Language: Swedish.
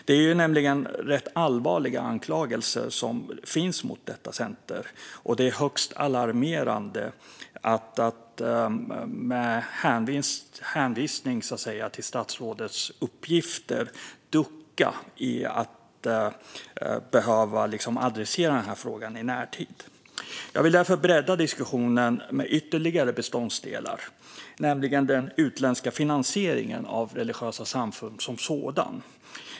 Det riktas nämligen rätt allvarliga anklagelser mot detta center, och det är högst alarmerande att med hänvisning till statsrådets uppgifter ducka för att adressera frågan i närtid. Jag vill därför bredda diskussionen med ytterligare beståndsdelar, nämligen den utländska finansieringen av religiösa samfund som sådan.